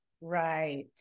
right